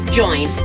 join